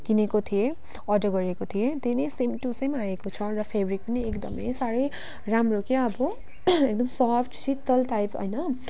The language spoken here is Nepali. किनेको थिएँ अर्डर गरेको थिएँ त्यो नै सेम टू सेम आएको छ र फेब्रिक पनि एकदमै साह्रै राम्रो क्या अब एकदम सफ्ट शीतल टाइप होइन